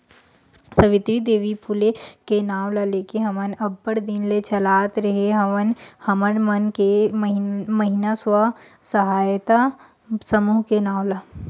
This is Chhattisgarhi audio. सावित्री देवी फूले के नांव ल लेके हमन अब्बड़ दिन ले चलात रेहे हवन हमर मन के महिना स्व सहायता समूह के नांव ला